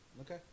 Okay